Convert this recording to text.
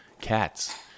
cats